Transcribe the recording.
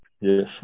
Yes